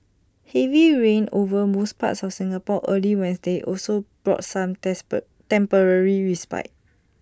heavy rain over most parts of Singapore early Wednesday also brought some despair temporary respite